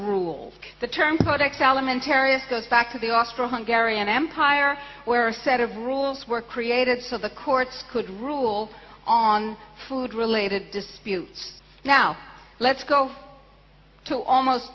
rules the term product salamon terrorist goes back to the office for hungary and empire where a set of rules were created for the courts could rule on food related disputes now let's go so almost